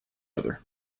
other